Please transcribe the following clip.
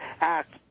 act